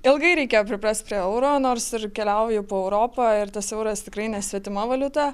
ilgai reikėjo priprast prie euro nors ir keliauju po europą ir tas euras tikrai nesvetima valiuta